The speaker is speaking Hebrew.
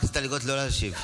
נא לסיים.